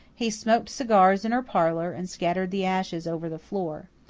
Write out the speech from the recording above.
he smoked cigars in her parlour and scattered the ashes over the floor.